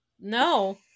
No